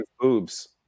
boobs